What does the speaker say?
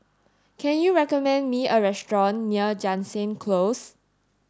can you recommend me a restaurant near Jansen Close